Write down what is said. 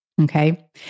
Okay